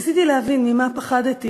אחרי מותו ניסיתי להבין ממה פחדתי,